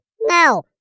no